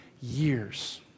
years